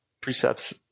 Precepts